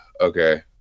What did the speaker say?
okay